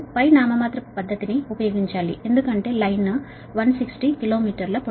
మీరు నామినల్ పద్ధతిని ఉపయోగించాలి ఎందుకంటే లైన్ యొక్క పొడవు 160 కిలో మీటర్లు